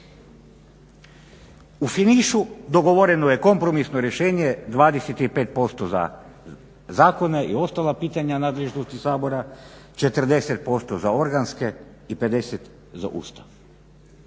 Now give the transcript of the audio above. U finišu dogovoreno je kompromisno rješenje 25% za zakone i ostala pitanja nadležnosti Sabora, 40% za organske i 50 za Ustav.